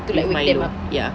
to like wake them up